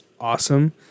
awesome